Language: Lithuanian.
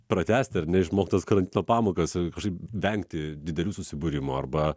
pratęsti ar ne išmoktas karantino pamokas kažkaip vengti didelių susibūrimų arba